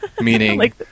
meaning